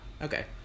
Okay